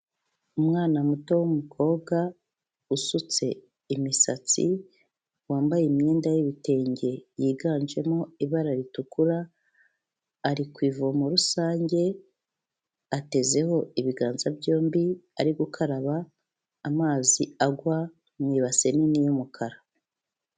Umwana muto w'umukobwa usutse imisatsi, wambaye imyenda y'ibitenge yiganjemo ibara ritukura, ari ku ivomo rusange, atezeho ibiganza byombi ari gukaraba, amazi agwa mu ibase nini y'umukara.